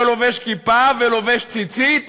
שלובש כיפה ולובש ציצית,